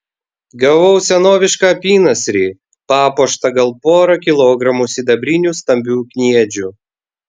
gavau senovišką apynasrį papuoštą gal pora kilogramų sidabrinių stambių kniedžių